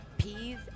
Peas